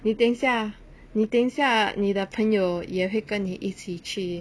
你等一下你等一下你的朋友也会跟你一起去